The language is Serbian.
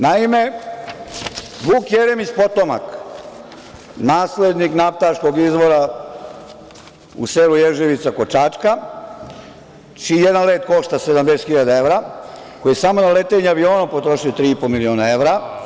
Naime, Vuk Jeremić potomak, naslednik naftaškog izvora u selu Ježevica kod Čačka, čiji jedan let košta 70.000 evra, koji je samo na letenje aviona potrošio 3,5 miliona evra.